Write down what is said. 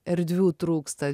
erdvių trūksta